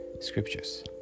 scriptures